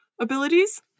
abilities